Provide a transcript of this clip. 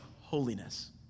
holiness